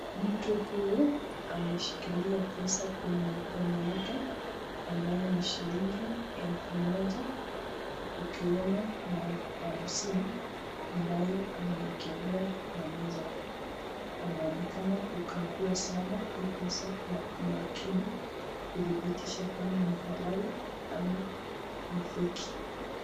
Mtu huyu ameshikilia pesa kwenye mkono yake ambayo ni shilingi 1000 na kukiwemo na 50 ambayo amewekelea kwa meza. Anaonekana kukagua sana hii pesa kwa umakini kudhibitisha kama ni halali ama ni fake .